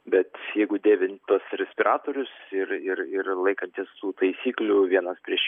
bet jeigu dėvint tuos respiratorius ir ir ir laikantis tų taisyklių vienas prieš